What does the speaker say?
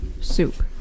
soup